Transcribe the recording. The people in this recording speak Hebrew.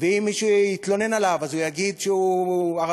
ואם מישהו יתלונן עליו, אז הוא יגיד שהוא ערבי.